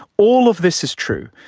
all of this is true,